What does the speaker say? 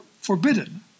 forbidden